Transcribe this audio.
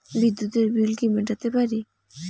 বিদ্যুতের বিল কি মেটাতে পারি?